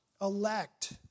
elect